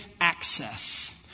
access